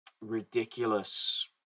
ridiculous